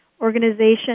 organization